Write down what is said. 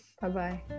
Bye-bye